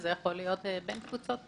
זה יכול להיות בין קבוצות.